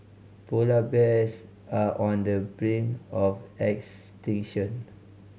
polar bears are on the brink of extinction